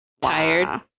tired